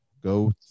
Go